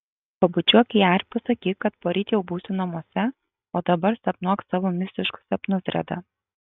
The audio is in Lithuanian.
pabučiuok ją ir pasakyk kad poryt jau būsiu namuose o dabar sapnuok savo mistiškus sapnus reda